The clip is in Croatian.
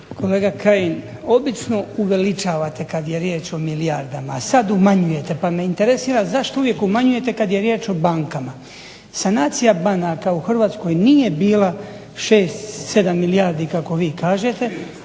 Kolega Kajin, obično uveličavate kad je riječ o milijardama, sad umanjujete, pa me interesira zašto uvijek umanjujete kad je riječ o bankama. Sanacija banaka u Hrvatskoj nije bila 6, 7 milijardi kako vi kažete,